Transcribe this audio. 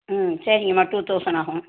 ம் சரிங்கம்மா two thousand ஆகும்